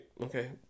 Okay